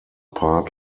part